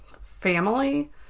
family